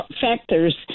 factors